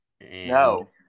no